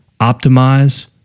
Optimize